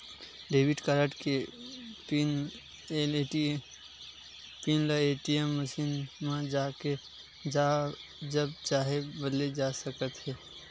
debit card के PIN ल ATM machine म जाके जब चाहे बदले जा सकत हे